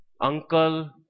uncle